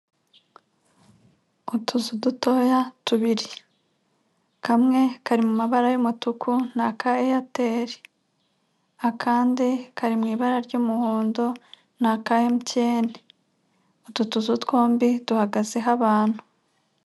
Utuzu dutoya tubiri. Kamwe kari mu mabara y'umutuku ni aka Aitel . Akande kari mu ibara ry'umuhondo ni aka MTN. Utu tuzu twombi duhagazeho abantu.